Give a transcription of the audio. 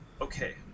okay